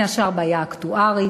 בין השאר בעיה אקטוארית.